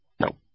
No